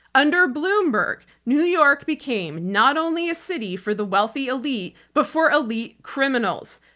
under bloomberg, new york became not only a city for the wealthy elite but for elite criminals.